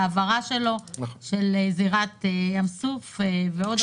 העברה שלו של זירת ים סוף ועוד הרבה.